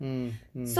mm mm